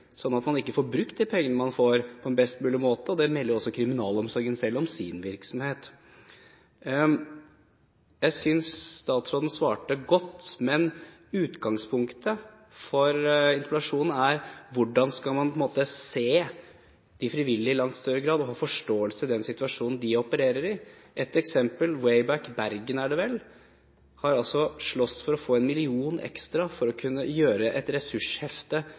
at man ikke får brukt de pengene man får, på en best mulig måte. Det melder også kriminalomsorgen selv om sin virksomhet. Jeg synes statsråden svarte godt, men utgangspunktet for interpellasjonen er hvordan man i langt større grad skal se de frivillige og ha forståelse for den situasjonen de opererer i. Et eksempel er WayBack Bergen – var det vel – som har slåss for å få en million kroner ekstra for å kunne gjøre et